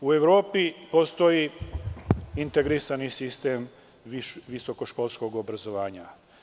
U Evropi postoji integrisani sistem visokoškolskog obrazovanja.